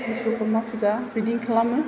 बिस'खरमा फुजा बिदिनो खालामो